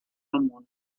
món